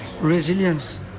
resilience